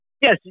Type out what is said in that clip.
yes